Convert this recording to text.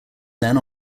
then